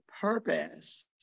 purpose